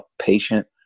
patient